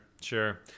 sure